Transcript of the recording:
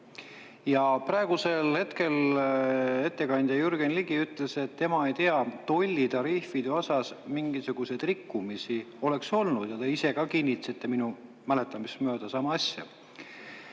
Ja praegusel hetkel ettekandja Jürgen Ligi ütles, et tema ei tea, et tollitariifide osas mingisuguseid rikkumisi oleks olnud. Ja te ise ka kinnitasite minu mäletamist mööda sama asja.